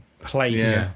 place